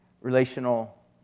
relational